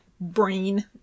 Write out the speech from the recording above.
brain